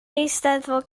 eisteddfod